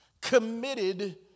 Committed